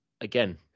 again